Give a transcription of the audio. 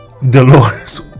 Delores